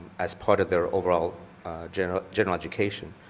as part of their overall general general education.